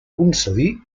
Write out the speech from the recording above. concedir